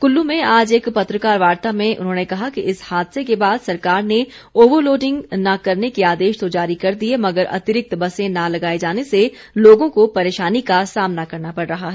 कुल्लू में आज एक पत्रकार वार्ता में उन्होंने कहा कि इस हादसे के बाद सरकार ने ओवर लोडिंग न करने के आदेश तो जारी कर दिए मगर अतिरिक्त बसें न लगाए जाने से लोगों को परेशानी का सामना करना पड़ रहा है